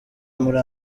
muri